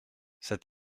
cet